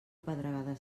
pedregada